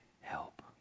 help